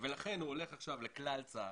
ולכן הוא הולך עכשיו לכלל צה"ל,